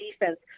defense